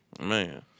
Man